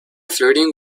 flirting